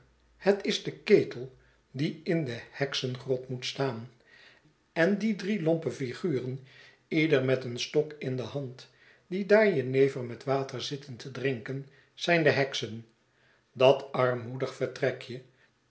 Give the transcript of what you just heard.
het is de ketel die in de heksengrot moet staan en die drie lompe flguren ieder met een stok in de hand die daar jenever met water zitten te drinken zijn de heksen dat armoedig vertrekje